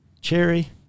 cherry